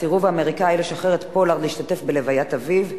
בנושא: הסירוב האמריקני לאפשר ליונתן פולארד להשתתף בהלוויית אביו.